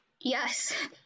Yes